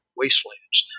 wastelands